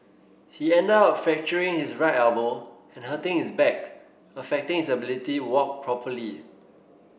he ended up fracturing his right elbow and hurting his back affecting his ability walk properly